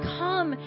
come